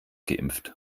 geimpft